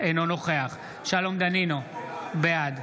אינו נוכח שלום דנינו, בעד